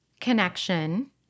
Connection